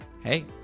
hey